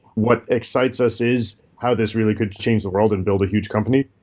what excites us is how this really could change the world and build a huge company.